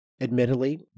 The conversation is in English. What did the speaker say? Admittedly